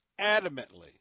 adamantly